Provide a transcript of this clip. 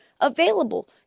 available